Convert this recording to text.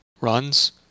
runs